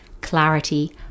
clarity